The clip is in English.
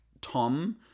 Tom